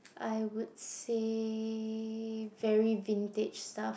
I would say very vintage stuff